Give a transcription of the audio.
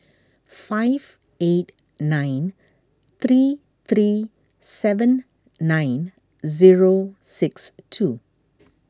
five eight nine three three seven nine zero six two